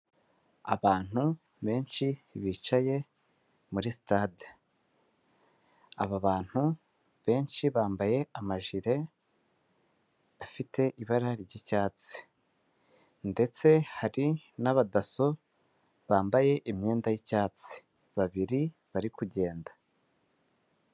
Abantu benshi bicaye muri sitade, aba bantu benshi bambaye amajire afite ibara ry'icyatsi, ndetse hari n'abadaso bambaye imyenda y'icyatsi babiri bari kugenda.